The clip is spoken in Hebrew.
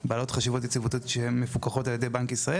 בעלות חשיבות יציבותית שהן מפוקחות על ידי בנק ישראל.